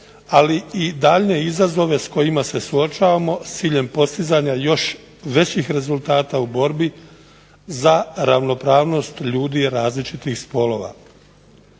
ali i daljnje izazove s kojima se suočavamo s ciljem postizanja još većih rezultata u borbi za ravnopravnost ljudi različitih spolova.